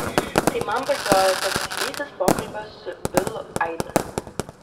tai man pasirodė tarsi keistas pokalbio su bilu aidas